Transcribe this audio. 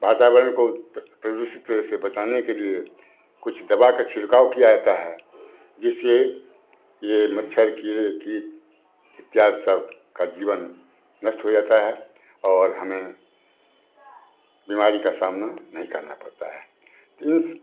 वातावरण को प्र प्रदूषित से बचाने के लिए कुछ दबा का छीड़काव किया जाता है जिससे ये मच्छर किरे की का जीवन नष्ट हो जाता है और हमें बीमारी का सामना नहीं करना पड़ता है त इस